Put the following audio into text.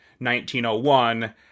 1901